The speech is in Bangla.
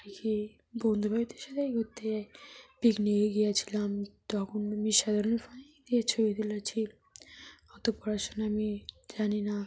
আর কি বন্ধু বান্ধদের সাথে এ ঘুরতে যাই পিকনিকে গিয়েছিলাম তখন আমি সাধারণের ফোনে দিয়ে ছবি তুলেছি অত পড়াশোনা আমি জানি না